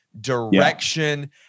direction